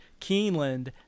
Keeneland